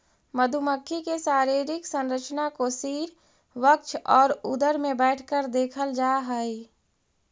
मधुमक्खी के शारीरिक संरचना को सिर वक्ष और उदर में बैठकर देखल जा हई